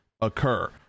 occur